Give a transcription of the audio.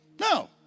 No